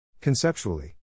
Conceptually